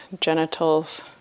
genitals